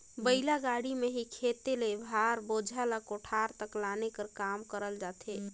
बइला गाड़ी मे ही खेत ले भार, बोझा ल कोठार तक लाने कर काम करल जाथे